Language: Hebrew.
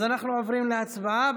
אז אנחנו עוברים להצבעה.